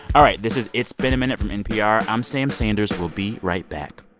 all right, this is it's been a minute from npr. i'm sam sanders. we'll be right back